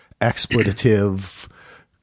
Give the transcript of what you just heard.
expletive